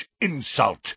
insult